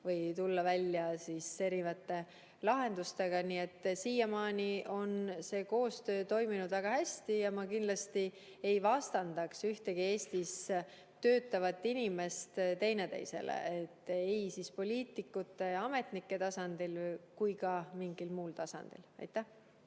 või tulla välja erinevate lahendustega. Siiamaani on see koostöö toiminud väga hästi ja ma kindlasti ei vastandaks Eestis töötavaid inimesi üksteisele, ei poliitikute ja ametnike tasandil ega ka mingil muul tasandil. Aitäh